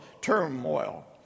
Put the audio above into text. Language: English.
turmoil